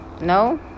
no